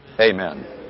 Amen